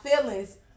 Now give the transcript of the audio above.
feelings